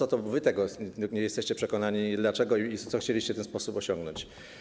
Wy do tego nie jesteście przekonani, dlaczego i co chcieliście w ten sposób osiągnąć.